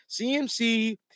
CMC